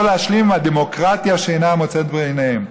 לא להשלים עם הדמוקרטיה שאינה מוצאת חן בעיניהם.